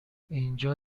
اینجا